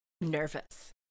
nervous